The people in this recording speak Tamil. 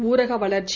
ஊரக வளர்ச்சி